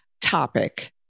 topic